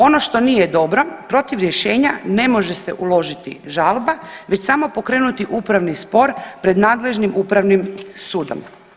Ono što nije dobro protiv rješenja ne može se uložiti žalba već samo pokrenuti upravni spor pred nadležnim Upravnim sudom.